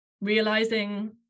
realizing